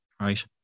right